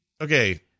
Okay